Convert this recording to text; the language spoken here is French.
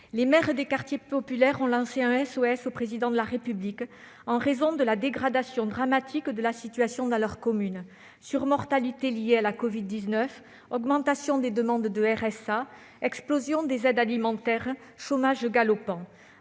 les maires des quartiers populaires ont lancé un appel au secours au Président de la République, en raison de la dégradation dramatique de la situation dans leurs communes : surmortalité liée à la covid-19, augmentation des demandes de RSA, explosion des aides alimentaires, chômage galopant